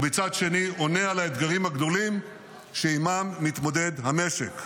ומצד שני עונה על האתגרים הגדולים שעימם מתמודד המשק.